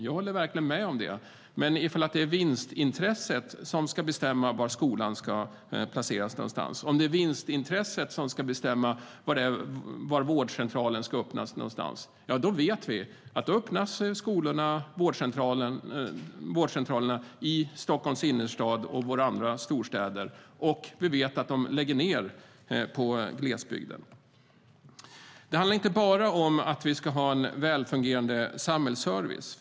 Jag håller verkligen med om det, men om det är vinstintresset som ska bestämma var skolan placeras, om det är vinstintresset som ska bestämma var vårdcentralen ska öppnas, ja då vet vi att skolorna och vårdcentralerna öppnas i Stockholms innerstad och i våra andra storstäder medan de läggs ned i glesbygden. Det handlar inte bara om att vi ska ha en väl fungerande samhällsservice.